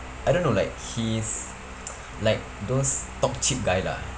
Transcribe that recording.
I don't know like he's like those talk cheap guy lah